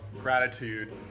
gratitude